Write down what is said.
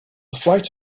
flight